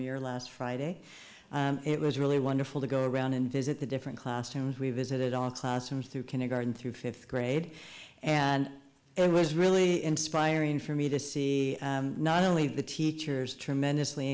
muir last friday it was really wonderful to go around and visit the different classrooms we visited all classrooms through kindergarten through fifth grade and it was really inspiring for me to see not only the teachers tremendously